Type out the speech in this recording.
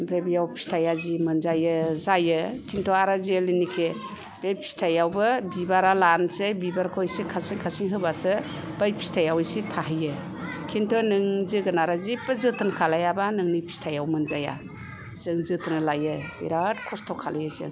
ओमफ्राय बेव फिथाइआ जि मोनजायो जायो खिन्थु आरो जेलनाखि बे फिथाइआवबो बिबारा लानसै बिबारखौ एसे खासिन खासिन होबासो बै फिथाइआव एसे थाहैयो खिन्थु नों जोगोनारा जेबो जोथोन खालायाबा नों फिथाइआव मोनजाया जों जथ्न' लायो बिराथ खस्थ' खालायो जों